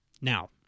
Now